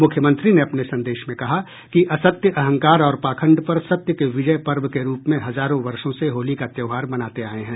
मुख्यमंत्री ने अपने संदेश में कहा कि असत्य अहंकारऔर पाखंड पर सत्य के विजय पर्व के रूप में हजारों वर्षों से होली का त्योहार मनाते आये हैं